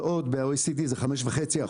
בעוד ב-OECD זה 5.5%,